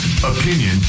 Opinion